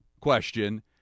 question